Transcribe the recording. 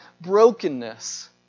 brokenness